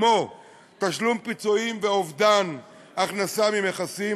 כמו תשלום פיצויים ואובדן הכנסה ממכסים.